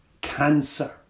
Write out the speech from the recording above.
cancer